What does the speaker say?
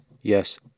Yes